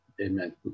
amen